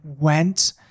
went